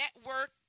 Network